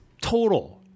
Total